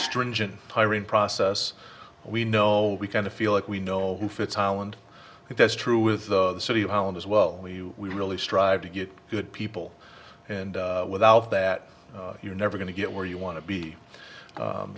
stringent hiring process we know we kind of feel like we know who fits island if that's true with the city of holland as well we really strive to get good people and without that you're never going to get where you want to be